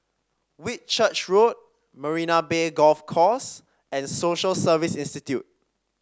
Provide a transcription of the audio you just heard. Whitchurch Road Marina Bay Golf Course and Social Service Institute